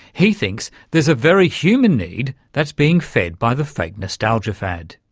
he thinks there's a very human need that's being fed by the fake nostalgia fad.